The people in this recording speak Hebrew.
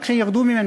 רק כדי שירדו ממנו,